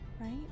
right